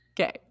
Okay